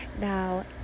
now